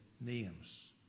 names